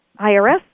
IRS